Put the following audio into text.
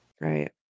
Right